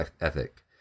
ethic